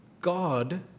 God